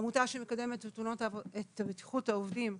עמותה שמקדמת את בטיחות העובדים,